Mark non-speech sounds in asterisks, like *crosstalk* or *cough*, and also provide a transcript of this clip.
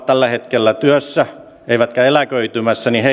*unintelligible* tällä hetkellä työssä eivätkä eläköitymässä